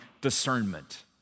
discernment